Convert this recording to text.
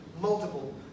multiple